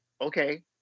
okay